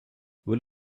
will